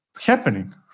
happening